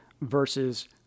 versus